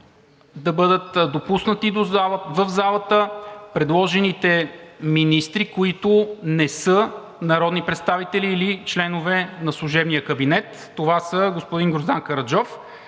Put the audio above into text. да бъдат допуснати в залата предложените министри, които не са народни представители или членове на служебния кабинет. Това са господин Гроздан Караджов,